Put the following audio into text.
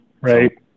Right